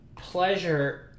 pleasure